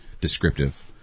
descriptive